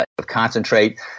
concentrate